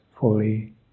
fully